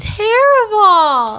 terrible